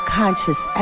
conscious